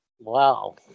Wow